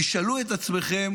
תשאלו את עצמכם